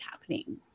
happening